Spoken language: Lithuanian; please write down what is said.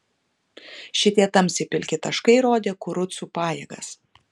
šitie tamsiai pilki taškai rodė kurucų pajėgas